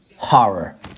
Horror